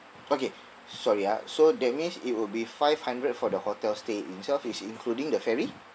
okay sorry ah so that means it would be five hundred for the hotel stay itself is including the ferry